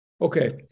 Okay